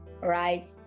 right